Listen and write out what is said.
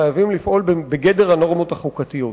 חייבים לפעול בגדר הנורמות החוקתיות.